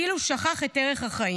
כאילו שכח את ערך החיים.